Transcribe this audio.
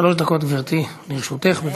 שלוש דקות, גברתי, לרשותך.